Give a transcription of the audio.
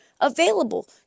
available